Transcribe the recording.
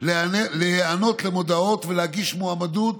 להיענות למודעות ולהגיש מועמדות